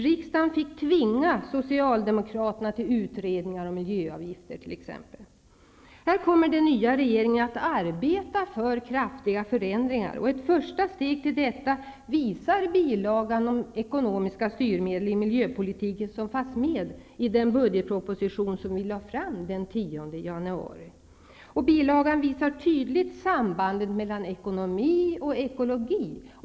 Riksdagen fick tvinga socialdemokraterna till utredningar om miljöavgifter. Här kommer den nya regeringen att arbeta för kraftiga förändringar. Ett första steg till detta visar den bilaga om ekonomiska styrmedel i miljöpolitiken som fanns med i den budgetproposition som regeringen lade fram den 10 januari. Bilagan visar tydligt sambandet mellan ekonomi och ekologi.